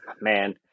Man